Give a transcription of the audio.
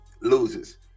loses